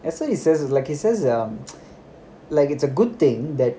and so he says like he says um like it's a good thing that